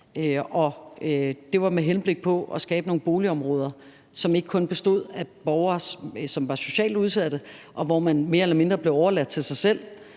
det var med henblik på at skabe nogle boligområder, som ikke kun bestod af borgere, som var socialt udsatte, og hvor man mere eller mindre blev overladt til sig selv,